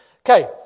Okay